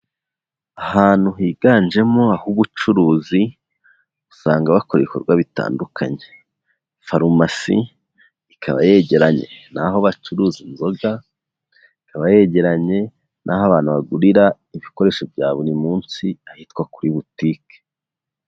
Ahantu higanjemo ah'ubucuruzi usanga bakora ibikorwa bitandukanye, farumasi ikaba yegeranye n'aho bacuruza inzoga, ikaba yegeranye n'aho abantu bagurira ibikoresho bya buri munsi ahitwa kuri butike.